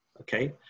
okay